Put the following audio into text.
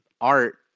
art